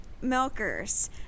milkers